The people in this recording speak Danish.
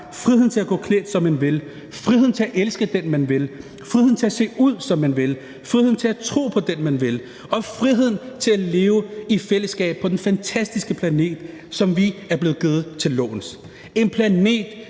friheden til at gå klædt, som man vil, friheden til at elske den, man vil, friheden til at se ud, som man vil, friheden til at tro på den, man vil, og friheden til at leve i fællesskab på den fantastiske planet, som vi er blevet givet til låns – en planet,